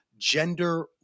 gender